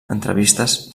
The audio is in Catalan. entrevistes